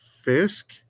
Fisk